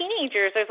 teenagers